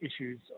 issues